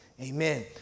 amen